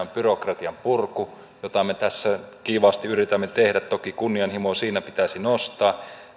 on byrokratian purku jota me tässä kiivaasti yritämme tehdä toki kunnianhimoa siinä pitäisi nostaa